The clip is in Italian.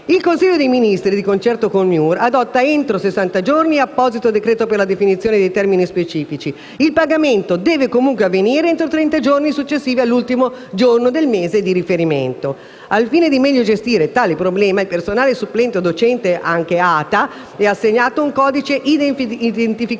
Il Consiglio dei ministri, di concerto con il MIUR, adotta entro sessanta giorni apposito decreto per la definizione dei termini specifici. Il pagamento deve comunque avvenire entro trenta giorni successivi all'ultimo giorno del mese di riferimento. Al fine di meglio gestire tale problema, al personale supplente docente o ATA è assegnato un codice identificativo